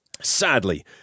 Sadly